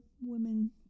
women